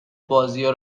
بازیا